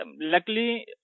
luckily